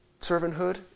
servanthood